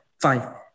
five